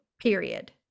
period